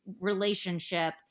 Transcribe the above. relationship